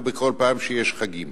ובכל פעם שיש חגים,